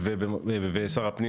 ושר הפנים